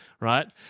right